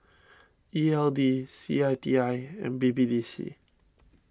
E L D C I T I and B B D C